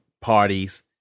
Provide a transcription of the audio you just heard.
parties